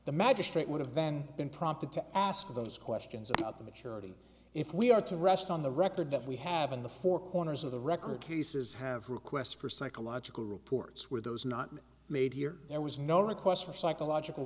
the magistrate would have then been prompted to ask those questions about the maturity if we are to rest on the record that we have in the four corners of the record cases have requests for psychological reports where those not made here there was no requests for psychological